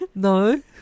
No